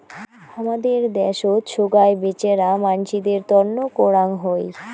হামাদের দ্যাশোত সোগায় বেচেরা মানসিদের তন্ন করাং হই